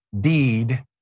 deed